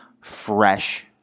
fresh